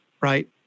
right